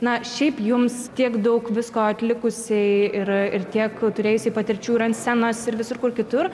na šiaip jums tiek daug visko atlikusiai ir ir tiek turėjusiai patirčių ir ant scenos ir visur kur kitur